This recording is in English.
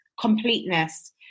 Completeness